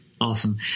Awesome